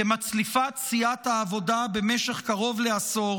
כמצליפת סיעת העבודה במשך קרוב לעשור